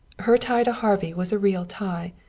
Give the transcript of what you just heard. her tie to harvey was a real tie.